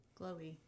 glowy